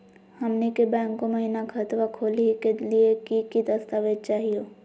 हमनी के बैंको महिना खतवा खोलही के लिए कि कि दस्तावेज चाहीयो?